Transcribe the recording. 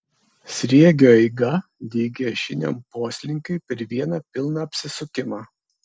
sriegio eiga lygi ašiniam poslinkiui per vieną pilną apsisukimą